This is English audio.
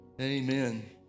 Amen